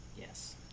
Yes